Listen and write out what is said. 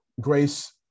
Grace